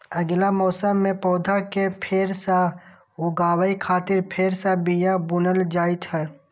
अगिला मौसम मे पौधा कें फेर सं उगाबै खातिर फेर सं बिया बुनल जाइ छै